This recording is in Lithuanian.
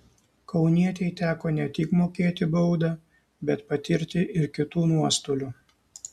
kaunietei teko ne tik mokėti baudą bet patirti ir kitų nuostolių